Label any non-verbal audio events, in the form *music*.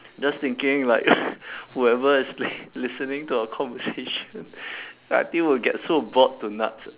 just thinking like *noise* whoever is li~ listening to our conversation I think will get so bored to nuts